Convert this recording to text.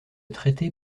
traité